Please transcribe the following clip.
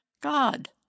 God